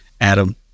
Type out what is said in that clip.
Adam